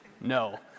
No